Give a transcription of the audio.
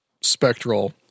spectral